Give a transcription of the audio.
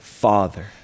father